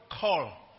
call